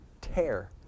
tear